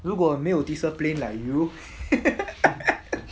如果没有 discipline like you